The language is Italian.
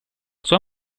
sua